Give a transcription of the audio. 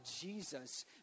Jesus